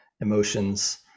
emotions